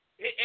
Hey